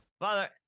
Father